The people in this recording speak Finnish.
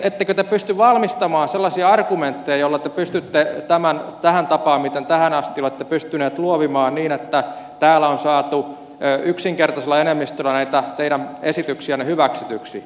ettekö te pysty valmistamaan sellaisia argumentteja joilla te pystytte toimimaan tähän tapaan miten tähän asti olette pystyneet luovimaan niin että täällä on saatu yksinkertaisella enemmistöllä näitä teidän esityksiänne hyväksytyksi